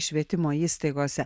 švietimo įstaigose